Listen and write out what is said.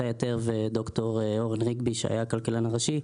יתר וד"ר אורן רגבי שהיה הכלכלן הראשי,